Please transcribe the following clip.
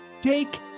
Take